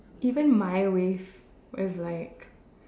even my wave was like